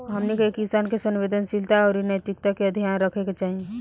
हमनी के किसान के संवेदनशीलता आउर नैतिकता के ध्यान रखे के चाही